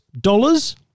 dollars